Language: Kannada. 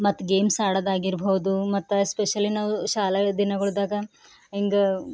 ಮತ್ತು ಗೇಮ್ಸ್ ಆಡೋದಾಗಿರ್ಬೋದು ಮತ್ತು ಎಸ್ಪೆಷಲಿ ನಾವು ಶಾಲಾ ದಿನಗಳ್ದಾಗ ಒಂದು